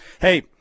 Hey